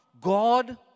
God